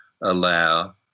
allow